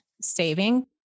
saving